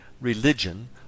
religion